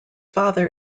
father